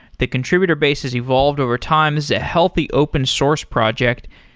the contributor base has evolved over time as a healthy open source project.